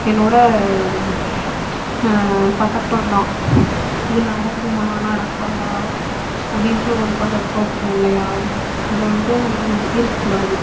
என்னோட பதட்டம்தான் இது நடக்குமா நடக்காதா அப்படின்ற ஒரு பதட்டம் இருக்கும் இல்லையா அது வந்துட்டு இருக்கக்கூடாது